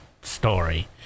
story